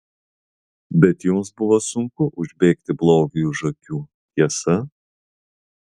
bet jums buvo sunku užbėgti blogiui už akių tiesa